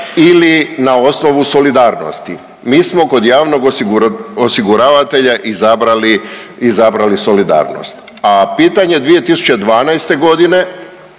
ili na osnovu solidarnosti. Mi smo kod javnog osiguravatelja izabrali solidarnost, a pitanje 2012. g.,